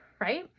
right